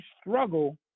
struggle